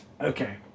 okay